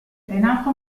renato